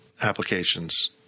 applications